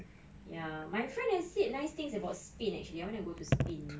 ya my friend has said nice things about spain actually I want to go to spain